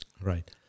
Right